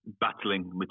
battling